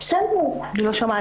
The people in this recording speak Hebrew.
או הנפגעת.